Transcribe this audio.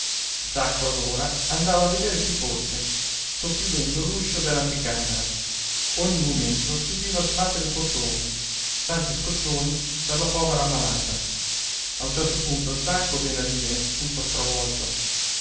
zacco allora andava a vedere chi fosse socchiudendo l'uscio dell'anticamera ogni momento si udiva sbattere il portone tanti scossoni per la povera ammalata a un certo punto zacco venne a dire tutto stravolto